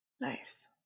Nice